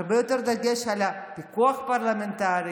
הרבה יותר דגש על הפיקוח הפרלמנטרי.